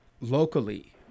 locally